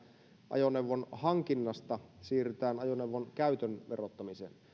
ajoneuvon hankinnan verottamisesta siirrytään ajoneuvon käytön verottamiseen